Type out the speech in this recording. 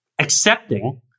accepting